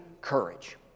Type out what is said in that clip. courage